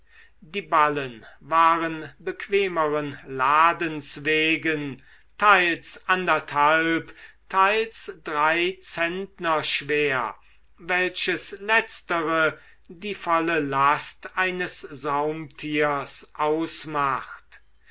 die ballen waren bequemeren ladens wegen teils anderthalb teils drei zentner schwer welches letztere die volle last eines saumtiers ausmacht